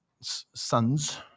sons